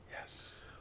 Yes